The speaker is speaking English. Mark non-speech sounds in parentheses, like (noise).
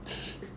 (laughs)